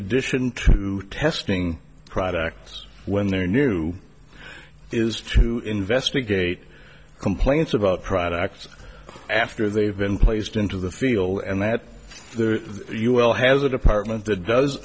addition to testing products when they're new is to investigate complaints about products after they've been placed into the field and that you will has a department that does